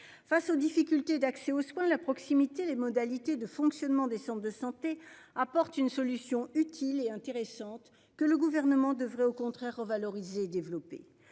Face aux difficultés d'accès aux soins, la proximité, les modalités de fonctionnement des centres de santé apporte une solution utile et intéressante que le gouvernement devrait au contraire revaloriser développer